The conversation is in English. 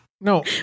No